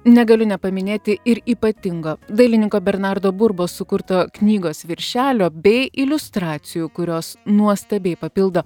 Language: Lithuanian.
negaliu nepaminėti ir ypatingo dailininko bernardo burbos sukurto knygos viršelio bei iliustracijų kurios nuostabiai papildo